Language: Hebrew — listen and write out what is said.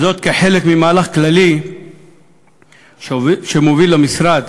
כחלק ממהלך כללי שמוביל משרד